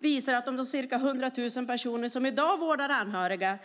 visar att om de ca 100 000 personer som i dag vårdar anhöriga